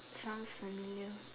sounds familiar